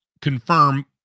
confirm